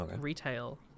retail